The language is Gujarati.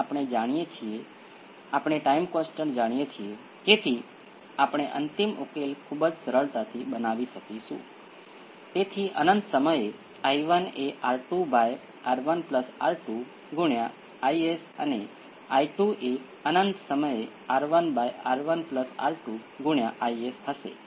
અને તે જ રીતે જો p 1 અને p 2 રીઅલ અને સરખા હોય પરંતુ s એ p 1 ની બરાબર ન હોય તો આપણને ફક્ત એક્સ્પોનેંસિયલ st મળશે પરંતુ આ માત્ર ઉદાહરણ તરીકે આ શક્યતાઓ નથી આ કિસ્સામાં મારી પાસે s બરાબર p1 હોઈ શકે અથવા s બરાબર p 2